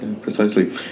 precisely